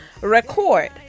record